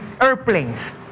airplanes